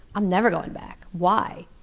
i'm never going back. why?